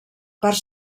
part